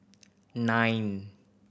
nine